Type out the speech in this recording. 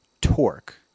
torque